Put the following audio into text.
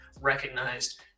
recognized